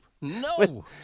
No